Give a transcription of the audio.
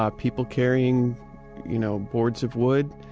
ah people carrying you know boards of wood,